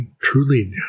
truly